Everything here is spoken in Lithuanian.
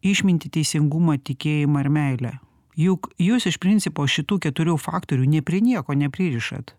išmintį teisingumą tikėjimą ir meilę juk jūs iš principo šitų keturių faktorių nei prie nieko nepririšat